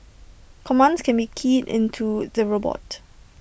commands can be keyed into the robot